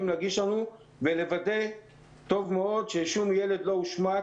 להגיש לנו ולוודא ששום ילד לא הושמט.